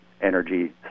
energy